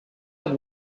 have